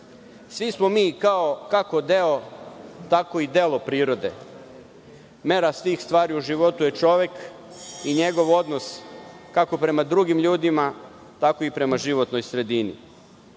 Svi smo mi, kao kako deo, tako i delo prirode. Mera svih stvari u životu je čovek i njegov odnos kako prema drugim ljudima, tako i prema životnoj sredini. Dok